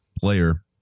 player